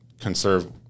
conserve